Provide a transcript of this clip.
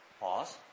Pause